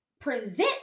present